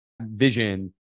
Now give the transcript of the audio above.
vision